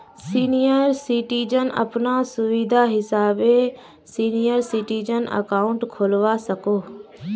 senior citizen अपना सुविधा हिसाबे सीनियर सिटीजन अकाउंट खोलवा सकोह